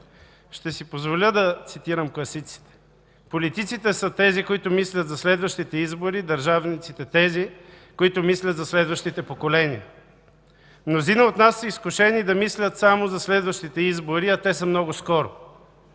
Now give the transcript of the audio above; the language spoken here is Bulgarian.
Ще си позволя да цитирам класиците: „Политиците са тези, които мислят за следващите избори, държавниците – тези, които мислят за следващите поколения.” Мнозина от нас са изкушени да мислят само за следващите избори, а те са много скоро.